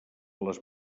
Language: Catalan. les